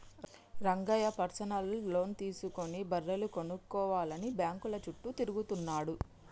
Rangayya personal loan తీసుకుని బర్రెలు కొనుక్కోవాలని బ్యాంకుల చుట్టూ తిరుగుతున్నాడు